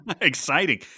exciting